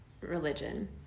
religion